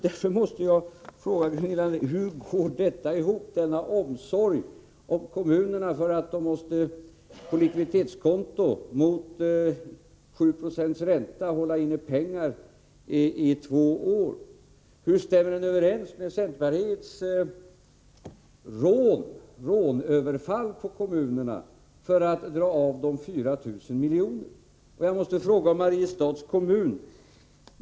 Därför måste jag fråga Gunilla André: Hur går det hela ihop? Hur blir det med omsorgen om kommunerna, som ju på likviditetskontot mot 7 26 ränta måste hålla inne pengaritvå år? Hur stämmer detta överens med centerpartiets rånöverfall på kommunerna när det gäller att dra av de 4 000 miljonerna? Sedan måste jag beträffande Mariestads kommun ställa följande frågor.